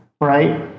right